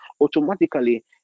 automatically